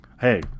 Hey